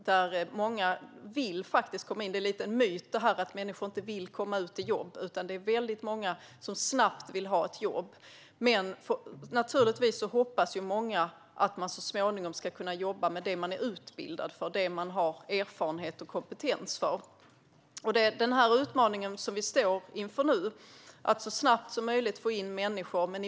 Det är något av en myt att människor inte vill komma ut i arbete - väldigt många vill få ett jobb snabbt - men naturligtvis hoppas många att de så småningom ska kunna jobba med det som de är utbildade och har kompetens för och som de har erfarenhet av. Vi står nu inför utmaningen att så snabbt som möjligt få in människor i arbete.